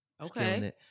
Okay